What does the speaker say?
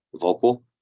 vocal